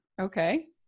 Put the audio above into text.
okay